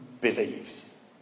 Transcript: believes